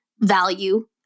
value